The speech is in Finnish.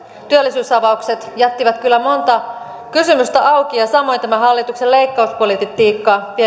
työllisyysavaukset jättivät kyllä monta kysymystä auki samoin tämä hallituksen leikkauspolitiikka